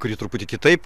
kurį truputį kitaip